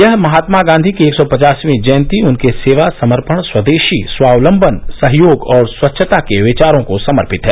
यह महात्मा गांवी की एक सौ पचासवीं जयंती उनके सेवा समर्पण स्वदेशी स्वावलंबन सहयोग और स्वच्छता के विचारों को समर्पित है